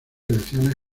elecciones